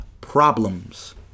problems